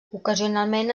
ocasionalment